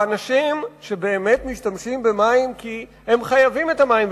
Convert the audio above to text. באנשים שבאמת משתמשים במים כי הם חייבים את המים,